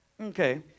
Okay